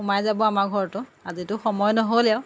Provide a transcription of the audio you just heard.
সোমাই যাব আমাৰ ঘৰতো আজিতো সময় নহ'লেও